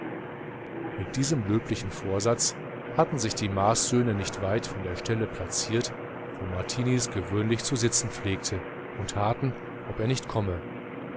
mit diesem löblichen vorsatz hatten sich die marssöhne nicht weit von der stelle placiert wo martiniz gewöhnlich zu sitzen pflegte und harrten ob er nicht komme